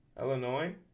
Illinois